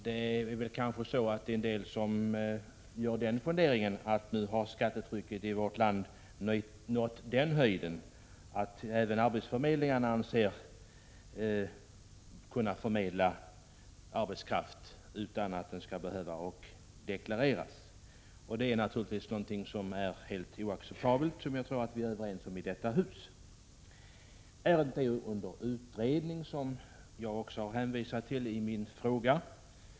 Det kan hända att en del gör den funderingen att skattetrycket i vårt land nu nått den höjden att även arbetsförmedlingarna anser sig kunna förmedla arbeten utan att de skall behöva deklareras. Det är naturligtvis helt oacceptabelt — någonting som jag tror att vi i detta hus är överens om. Ärendet är under utredning, som jag också påpekade i min fråga.